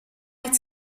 night